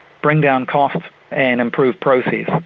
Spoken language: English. bring down costs and improve process.